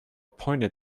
pointed